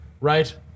Right